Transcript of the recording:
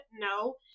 No